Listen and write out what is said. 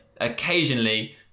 occasionally